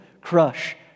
crush